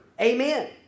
Amen